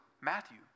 Matthew